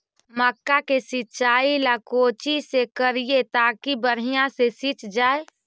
मक्का के सिंचाई ला कोची से करिए ताकी बढ़िया से सींच जाय?